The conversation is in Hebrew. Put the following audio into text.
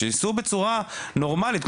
שייסעו בצורה נורמלית,